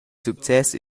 success